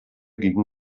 gegen